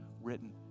written